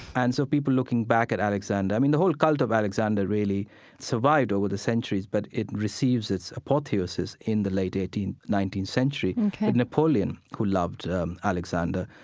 and so people looking back at alexander i mean, the whole cult of alexander really survived over the centuries, but it receives its apotheosis in the late eighteenth, nineteenth century with and napoleon, who loved um alexander,